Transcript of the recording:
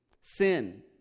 Sin